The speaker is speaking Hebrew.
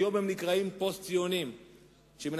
היום הם נקראים פוסט-ציונים שמנסים